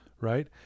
right